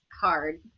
hard